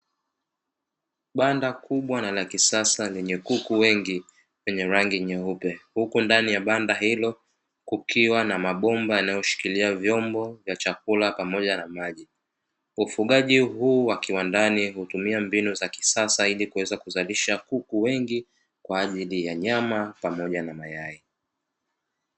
Banda kubwa na la kisasa lenye kuku wengi wenye rangi nyeupe, huku ndani ya banda hilo kukiwa na mabomba yanayoshikilia vyombo vya chakula pamoja na maji. Ufugaji huu wa kiwandani hutumia mbinu za kisasa zaidi kuweza kuzalisha kuku wengi kwa ajili ya nyama pamoja na mayai.